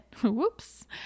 Whoops